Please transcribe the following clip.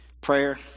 prayer